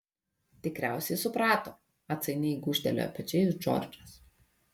tikriausiai suprato atsainiai gūžtelėjo pečiais džordžas